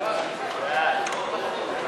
חוק ליישום הפרוטוקול בדבר זכויות יתר